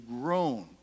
grown